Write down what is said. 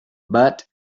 but